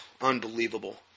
unbelievable